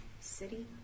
city